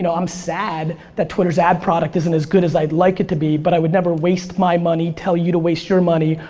i'm sad that twitter's ad product isn't as good as i'd like it to be, but i would never waste my money, tell you to waste your money,